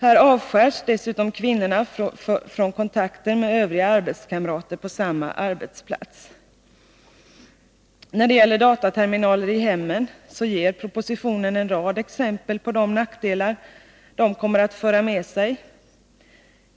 Här avskärs dessutom kvinnorna från kontakter med övriga arbetskamrater på samma arbetsplats. När det gäller dataterminaler i hemmen ger propositionen en rad exempel på de nackdelar som dessa kommer att föra med sig.